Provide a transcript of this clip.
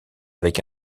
avec